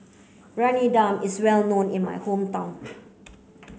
Briyani Dum is well known in my hometown